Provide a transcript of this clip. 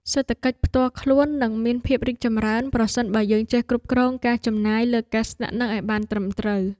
សេដ្ឋកិច្ចផ្ទាល់ខ្លួននឹងមានភាពរីកចម្រើនប្រសិនបើយើងចេះគ្រប់គ្រងការចំណាយលើការស្នាក់នៅឱ្យបានត្រឹមត្រូវ។